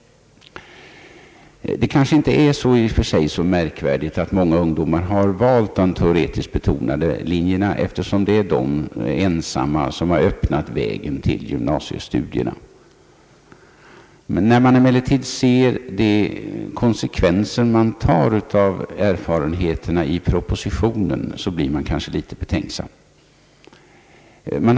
Det kanske inte är så märkligt att många ungdomar har valt de teoretiskt betonade linjerna, eftersom det endast är dessa som har öppnat vägen till gymnasiestudier. När man emellertid ser vilka konsekvenser som dras av erfarenheterna i propositionen blir man litet betänksam.